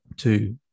Two